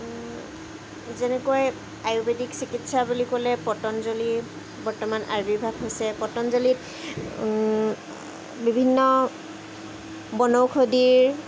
যেনেকৈ আয়ুৰ্বেদিক চিকিৎসা বুলি ক'লে পটানজলিৰ বৰ্তমান আৱিৰ্ভাৱ হৈছে পটানজলিত বিভিন্ন বনৌষধিৰ